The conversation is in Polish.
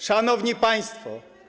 Szanowni Państwo!